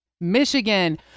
Michigan